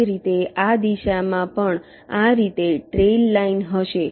એ જ રીતે આ દિશામાં પણ આ રીતે ટ્રેઇલ લાઇન હશે